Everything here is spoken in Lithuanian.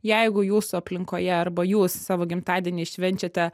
jeigu jūsų aplinkoje arba jūs savo gimtadienį švenčiate